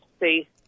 see